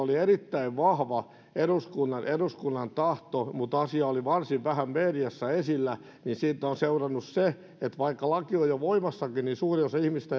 oli erittäin vahva eduskunnan eduskunnan tahto mutta asia oli varsin vähän mediassa esillä ja siitä on seurannut se että vaikka laki on jo voimassakin niin suuri osa ihmisistä